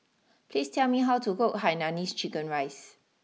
please tell me how to cook Hainanese Chicken Rice